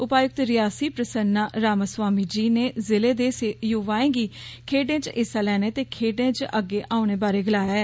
उपायुक्त रियासी प्रसन्ना रामा स्वामी जी नै जिले दे युवाएं गी खेड्डें च हिस्सा लेने ते खेडे च अग्गै औनें बारै गलाया ऐ